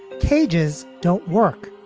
cages don't work.